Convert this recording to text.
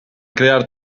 crear